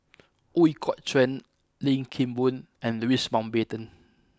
Ooi Kok Chuen Lim Kim Boon and Louis Mountbatten